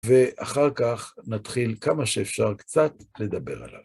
ואחר כך נתחיל, כמה שאפשר, קצת לדבר עליו.